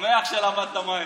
שמח שלמדת מהר.